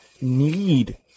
need